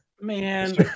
Man